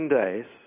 days